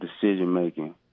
decision-making